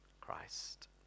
Christ